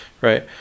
right